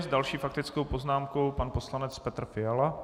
S další faktickou poznámkou pan poslanec Petr Fiala.